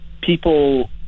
people